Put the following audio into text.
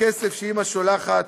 הכסף שאימא שולחת